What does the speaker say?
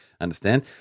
understand